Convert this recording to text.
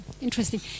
Interesting